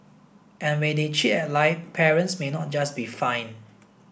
and when they cheat and lie parents may not just be fined